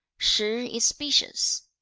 shih is specious.